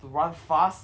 to run fast